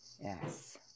Yes